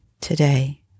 today